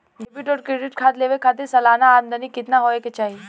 Debit और credit card लेवे के खातिर सलाना आमदनी कितना हो ये के चाही?